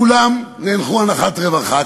כולם נאנחו אנחת רווחה.